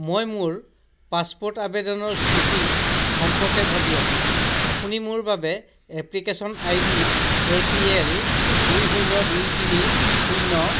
মই মোৰ পাছপোৰ্ট আবেদনৰ স্থিতি সম্পৰ্কে ভাবি আছো আপুনি মোৰ বাবে application ID A P L দুই শূন্য দুই তিনি শূন্য